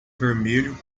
vermelho